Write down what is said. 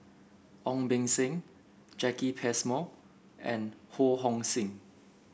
Ong Beng Seng Jacki Passmore and Ho Hong Sing